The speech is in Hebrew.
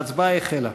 ההצבעה החלה.